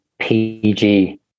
PG